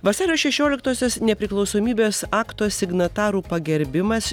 vasario šešioliktosios nepriklausomybės akto signatarų pagerbimas